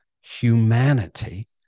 humanity